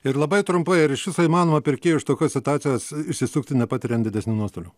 ir labai trumpai ar iš viso įmanoma pirkėjui iš tokios situacijos išsisukti nepatiriant didesnių nuostolių